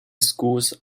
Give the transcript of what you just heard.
schools